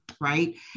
right